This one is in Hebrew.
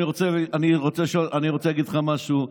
אני רוצה להגיד לך משהו,